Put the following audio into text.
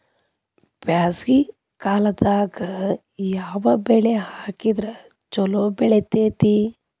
ಬ್ಯಾಸಗಿ ಕಾಲದಾಗ ಯಾವ ಬೆಳಿ ಹಾಕಿದ್ರ ಛಲೋ ಬೆಳಿತೇತಿ?